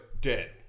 dead